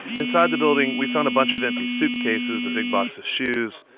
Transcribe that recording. inside the building, we found a bunch of empty suitcases, a big box of shoes,